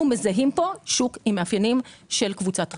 אנחנו מזהים פה שוק עם מאפיינים של קבוצת ריכוז.